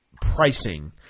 pricing